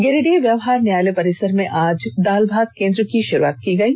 गिरिडीह व्यवहार न्यायालय परिसर में आज दाल भात केन्द्र की शुरूआत की गयी